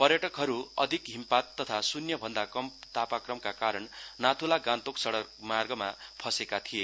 पर्यटकहरू अधिक हिमपात तथा शून्य भन्दा कम तापाक्रमका कारण नाथुला गान्तोक सड़क मार्गमा फैंसेका थिए